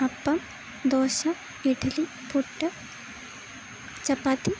അപ്പം ദോശ ഇഡ്ലി പുട്ട് ചപ്പാത്തി